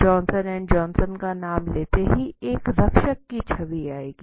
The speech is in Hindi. जॉनसन एंड जॉनसन का नाम लेते ही एक रक्षक की छवि आएगी